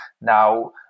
Now